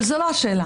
אבל זאת לא השאלה.